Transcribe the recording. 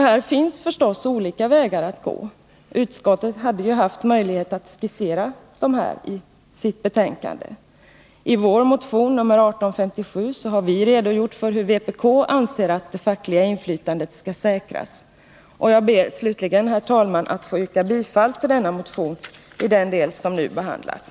Det finns förstås olika vägar att gå — och utskottet hade ju haft möjlighet att skissera dem i sitt betänkande. I vår motion nr 1857 har vi redogjort för hur vpk anser att det fackliga inflytandet skall säkras. Jag ber slutligen, herr talman, att få yrka bifall till denna motion, i den del som nu behandlas.